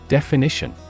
Definition